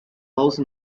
false